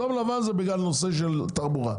אדום לבן זה בגלל נושא של תחבורה,